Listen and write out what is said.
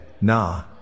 nah